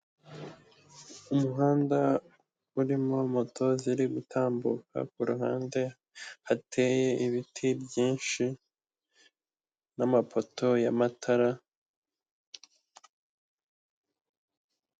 Umuhanda urimo moto ziri gutambuka ku ruhande hateye ibiti byinshi n'amapoto y'amatara.